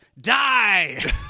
die